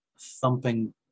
thumping